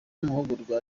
amahugurwa